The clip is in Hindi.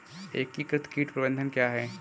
एकीकृत कीट प्रबंधन क्या है?